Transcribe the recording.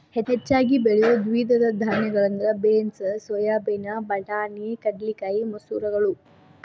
ಹೆಚ್ಚಾಗಿ ಬೆಳಿಯೋ ದ್ವಿದಳ ಧಾನ್ಯಗಳಂದ್ರ ಬೇನ್ಸ್, ಸೋಯಾಬೇನ್, ಬಟಾಣಿ, ಕಡಲೆಕಾಯಿ, ಮಸೂರಗಳು